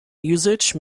usage